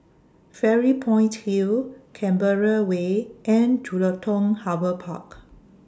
Fairy Point Hill Canberra Way and Jelutung Harbour Park